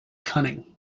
cunning